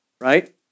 right